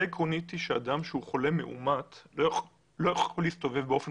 העקרונית היא שאדם שהוא חולה מאומת לא יכול להסתובב באופן